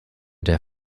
der